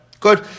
Good